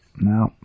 No